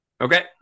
Okay